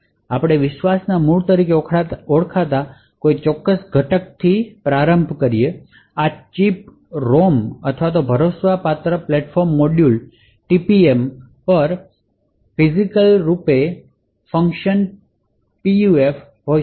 આપણે વિશ્વાસના મૂળ તરીકે ઓળખાતા કોઈ ચોક્કસ કોમ્પોનેંટથી પ્રારંભ કરીએ છીએ જે ચિપરોમ પર ના Physically Unclonable Function આ અથવા Trusted Platform Module છે